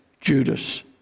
Judas